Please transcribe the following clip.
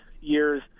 years